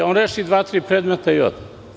On reši dva, tri predmeta i ode.